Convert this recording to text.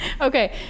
Okay